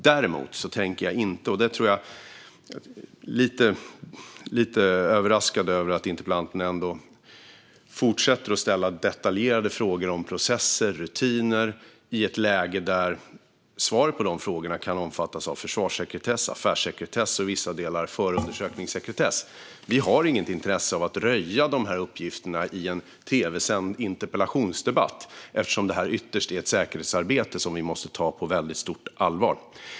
Däremot är jag lite överraskad över att interpellanten fortsätter att ställa detaljerade frågor om processer och rutiner i ett läge där svaret på de frågorna kan omfattas av försvarssekretess, affärssekretess och i vissa delar förundersökningssekretess. Vi har inget intresse av att röja dessa uppgifter i en tv-sänd interpellationsdebatt eftersom detta ytterst är ett säkerhetsarbete som vi måste ta på väldigt stort allvar.